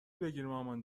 بگیرمامان